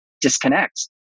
disconnect